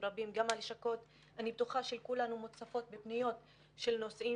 אני בטוחה שכולנו מוצפות בפניות של נוסעים